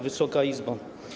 Wysoka Izbo!